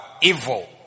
evil